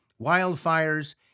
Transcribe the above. wildfires